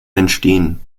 entstehen